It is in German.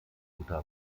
guter